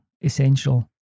essential